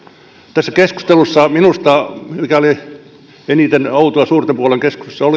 tässä keskustelussa se mikä minusta oli eniten outoa suurten puolueiden